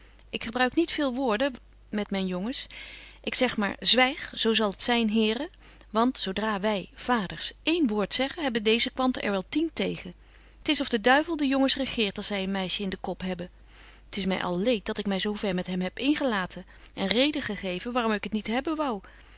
ik gebruik niet veel woorden met myn jongens ik zeg maar zwyg zo zal t zyn heren want zo dra wy vaders één woord zeggen hebben deeze kwanten er wel tien tegen t is of de duivel de jongens regeert als zy een meisje in den kop hebben t is my al leed dat ik my zo ver met hem heb ingelaten en reden gegeven waarom ik het niet hebben wou